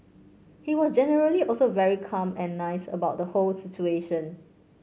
he was generally also very calm and nice about the whole situation